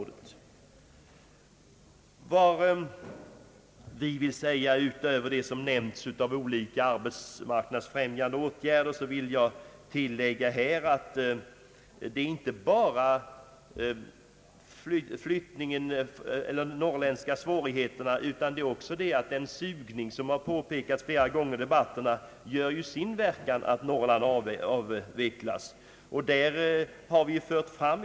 Den »sugning» som sker från andra delar av landet har, som påpekats flera gånger i debatterna, också medverkat till svårigheterna i Norrland.